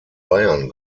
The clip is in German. bayern